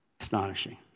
Astonishing